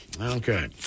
Okay